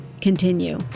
continue